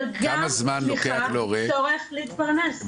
אבל גם צורך להתפרנס.